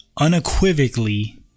unequivocally